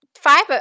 Five